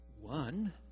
One